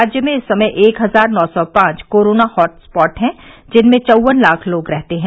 राज्य में इस समय एक हजार नौ सौ पांच कोरोना हॉटस्पॉट हैं जिनमें चौवन लाख लोग रहते हैं